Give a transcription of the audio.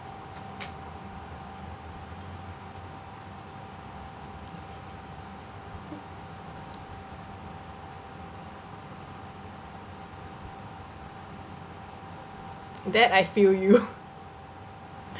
that I feel you